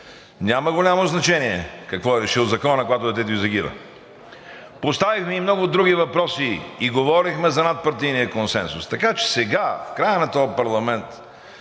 няма голямо значение какво е решил Законът, когато детето ѝ загива. Поставихме и много други въпроси и говорихме за надпартийния консенсус, така че сега, в края на този парламент